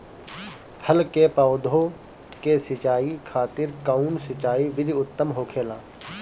फल के पौधो के सिंचाई खातिर कउन सिंचाई विधि उत्तम होखेला?